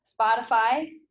Spotify